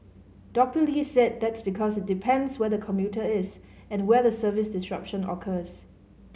Doctor Lee said that's because it depends where the commuter is and where the service disruption occurs